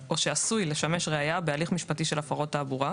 או שעשוי לשמש ראיה בהליך משפטי של הפרות תעבורה.